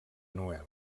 noel